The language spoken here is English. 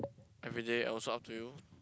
everyday also up to you